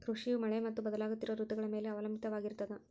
ಕೃಷಿಯು ಮಳೆ ಮತ್ತು ಬದಲಾಗುತ್ತಿರೋ ಋತುಗಳ ಮ್ಯಾಲೆ ಅವಲಂಬಿತವಾಗಿರ್ತದ